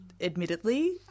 admittedly